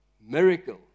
Miracle